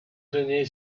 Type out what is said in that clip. donné